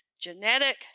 genetic